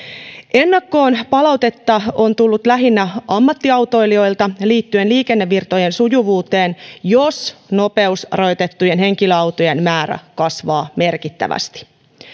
ennakkoon palautetta on tullut lähinnä ammattiautoilijoilta liittyen liikennevirtojen sujuvuuteen jos nopeusrajoitettujen henkilöautojen määrä kasvaa merkittävästi